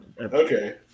Okay